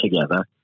together